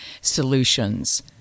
solutions